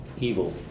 evil